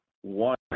one